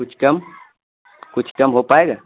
کچھ کم کچھ کم ہو پائے گا